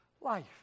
life